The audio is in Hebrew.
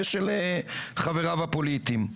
ושל חבריו הפוליטיים.